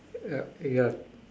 ya ya